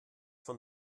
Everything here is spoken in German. von